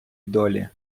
долі